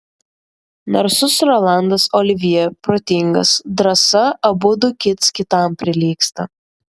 narsus rolandas olivjė protingas drąsa abudu kits kitam prilygsta